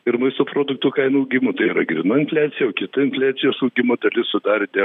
ir maisto produktų kainų augimo tai yra grynoji infliacija o kita infliacijos augimo dalis sudarė dėl